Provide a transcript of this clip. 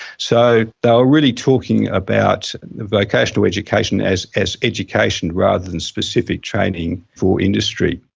so they were really talking about vocational education as as education rather than specific training for industry.